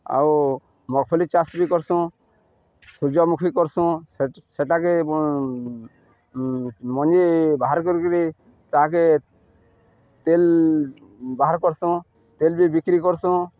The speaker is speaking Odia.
ଆଉ ମୁଖଫୁଲି ଚାଷ୍ ବି କର୍ସୁଁ ସୂର୍ଯ୍ୟମୁଖୀ କର୍ସୁଁ ସେଟାକେ ମଞ୍ଜି ବାହାର୍ କରିକିରି ତାହାକେ ତେଲ୍ ବାହାର୍ କର୍ସୁଁ ତେଲ୍ ବି ବିକ୍ରି କର୍ସୁଁ